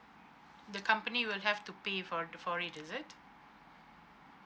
the company will have to pay for for it is it